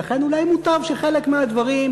ולכן אולי מוטב שחלק מהדברים,